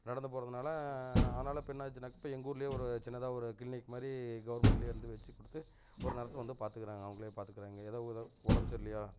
நடந்து போகிறதுனால ஆனாலும் இப்போ என்ன ஆச்சுனாக்கா இப்போ எங்கள் ஊர்லேயே ஒரு சின்னதாக ஒரு கிளினிக் மாதிரி கவர்மெண்ட்லேயே இருந்து வச்சுக் கொடுத்து ஒரு நர்ஸ் வந்து பாத்துக்கிறாங்க அவங்களே பாத்துக்கிறாங்க ஏதோ உடம்பு சரி இல்லையா